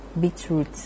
beetroot